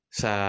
sa